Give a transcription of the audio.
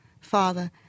Father